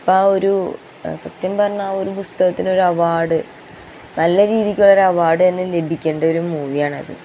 ഇപ്പം ആ ഒരു സത്യം പറഞ്ഞാൽ ആ ഒരു പുസ്തകത്തിനൊരു അവാർഡ് നല്ല രീതിക്കൊരു അവാർഡ് തന്നെ ലഭിക്കേണ്ട ഒരു മൂവിയാണത്